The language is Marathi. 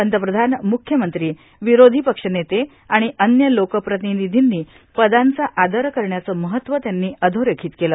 पंतप्रधान म्रख्यमंत्री विरोधी पक्ष नेते आर्मण अन्य लोकप्रार्तानधीनी पदांचा आदर करण्याचं महत्त्व त्यांनी अधोरेराखत केलं